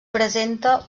presenta